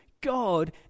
God